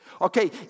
Okay